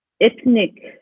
ethnic